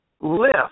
lift